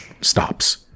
stops